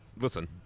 listen